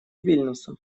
вильнюса